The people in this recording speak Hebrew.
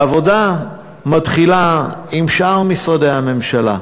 העבודה מתחילה עם שאר משרדי הממשלה.